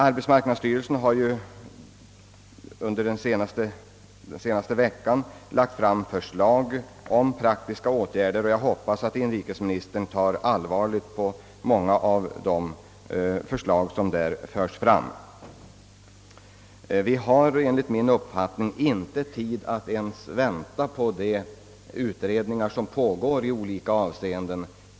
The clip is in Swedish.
Arbetsmarknadsstyrelsen har under den senaste veckan lagt fram förslag om praktiska åtgärder, och jag hoppas att inrikesministern tar allvarligt på dem. Vi har enligt min uppfattning inte tid att ens vänta på de utredningar som pågår och berör dessa frågor.